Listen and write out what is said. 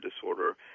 disorder